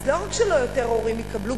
אז לא רק שלא יותר הורים יקבלו,